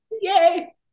Yay